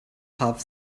have